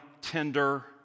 tender